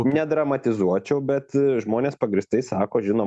nedramatizuočiau bet žmonės pagrįstai sako žino